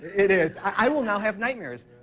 it is. i will now have nightmares.